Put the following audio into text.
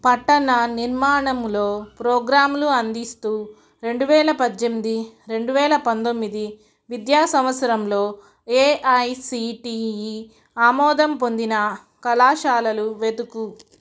పట్టణ నిర్మాణములో ప్రోగ్రామ్లు అందిస్తు రెండువేల పజ్జెమ్ది రెండువేల పంతొమ్మిది విద్యా సంవత్సరంలో ఎఐసిటిఈ ఆమోదం పొందిన కళాశాలలు వెతుకు